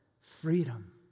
Freedom